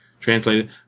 translated